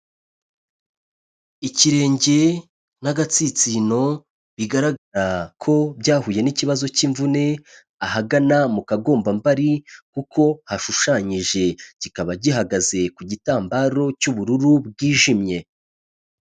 Ikirenge n'agatsinsino bigaragara ko byahuye n'ikibazo cy'imvune, ahagana mu kagombambari kuko hashushanyije, kikaba gihagaze ku gitambaro cy'ubururu bwijimye.